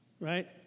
right